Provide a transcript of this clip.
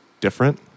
different